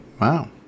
Wow